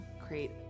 create